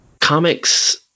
comics